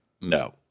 no